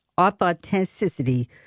authenticity